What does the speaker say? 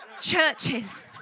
churches